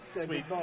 sweet